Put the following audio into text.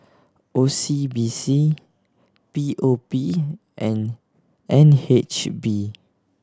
O C B C P O P and N H B